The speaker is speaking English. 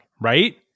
right